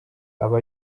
aba